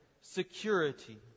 security